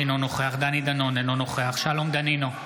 אינו נוכח דני דנון, אינו נוכח שלום דנינו,